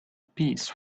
piece